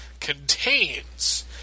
contains